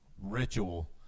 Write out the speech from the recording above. ritual